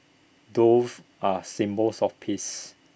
doves are symbols of peace